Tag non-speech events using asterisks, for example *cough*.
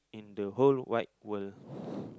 in the whole wide world *breath*